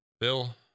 Bill